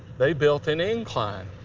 they built an incline.